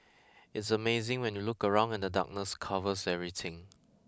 it's amazing when you look around and the darkness covers everything